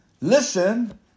Listen